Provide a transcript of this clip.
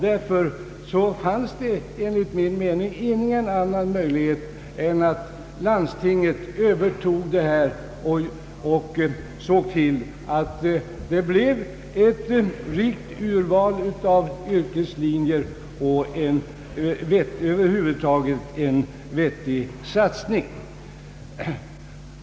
Därför fanns det enligt min mening ingen annan möjlighet än att landstinget övertog ansvaret och såg till att det blev ett rikt urval av yrkeslinjer och över huvud taget en vettig satsning.